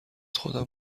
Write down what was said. خودم